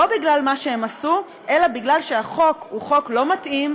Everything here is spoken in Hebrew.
לא בגלל מה שהם עשו אלא בגלל שהחוק הוא חוק לא מתאים,